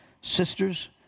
sisters